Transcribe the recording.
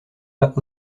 pas